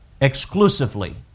exclusively